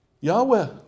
Yahweh